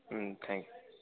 hmm thank you